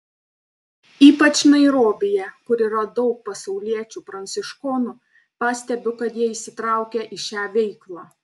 ypač nairobyje kur yra daug pasauliečių pranciškonų pastebiu kad jie įsitraukę į šią veiklą